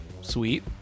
Sweet